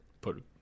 put